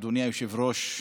אדוני היושב-ראש,